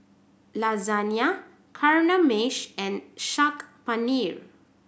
Lasagna Kamameshi and Saag Paneer